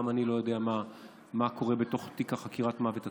וגם אני לא יודע מה קורה בתוך תיק המוות עצמו.